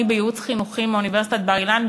בייעוץ חינוכי באוניברסיטת בר-אילן,